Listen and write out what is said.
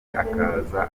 akaza